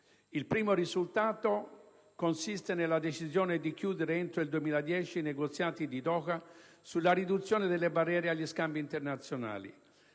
Il primo risultato consiste nella decisione di chiudere entro il 2010 i negoziati di Doha sulla riduzione delle barriere agli scambi internazionali.